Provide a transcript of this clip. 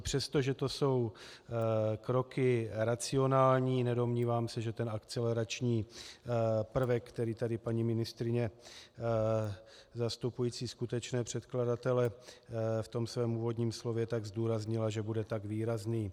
Přestože to jsou kroky racionální, nedomnívám se, že ten akcelerační prvek, který tady paní ministryně zastupující skutečné předkladatele ve svém úvodním slově tak zdůraznila, bude tak výrazný.